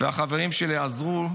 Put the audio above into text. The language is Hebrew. והחברים שלי עזרו,